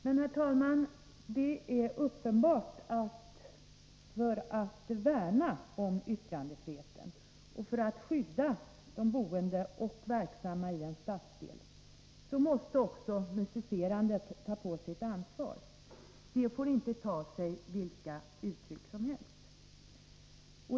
Men, herr talman, det är uppenbart att när det gäller att värna om yttrandefriheten och att skydda de boende och verksamma i en stadsdel, måste man även i fråga om musicerandet ta på sig ett ansvar. Musicerandet får inte ta sig vilka uttryck som helst.